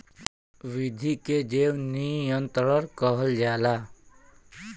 विधि के जैव नियंत्रण कहल जाला